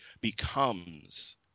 becomes